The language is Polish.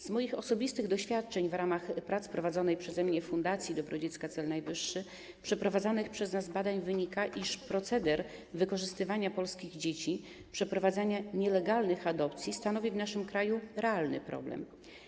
Z moich osobistych doświadczeń w ramach prac prowadzonej przeze mnie w fundacji Dobro Dziecka - Cel Najwyższy, z przeprowadzanych przez nas badań wynika, iż proceder wykorzystywania polskich dzieci, przeprowadzania nielegalnych adopcji stanowi w naszym kraju realny problem.